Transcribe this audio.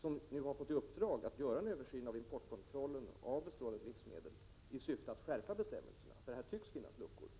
Utredaren har fått i uppdrag att göra en översyn av importkontrollen av bestrålade livsmedel i syfte att skärpa bestämmelserna. På denna punkt tycks det nämligen finnas luckor.